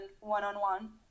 one-on-one